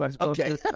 Okay